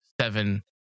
seven